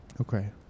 Okay